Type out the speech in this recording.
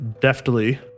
deftly